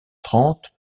trente